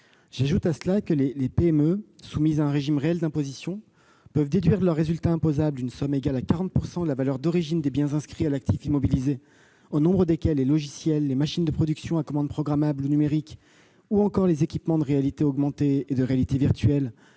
J'ajoute que les PME soumises à un régime réel d'imposition peuvent déduire de leur résultat imposable une somme égale à 40 % de la valeur d'origine des biens inscrits à l'actif immobilisé au nombre desquels les logiciels, les machines de production à commande programmable ou numérique, ou encore les équipements de réalité augmentée et de réalité virtuelle